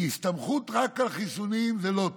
כי הסתמכות רק על חיסונים זה לא טוב.